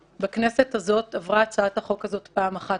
בכנסת הזאת עברה הצעת החוק הזאת פעם אחת